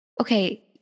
Okay